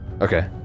Okay